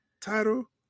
title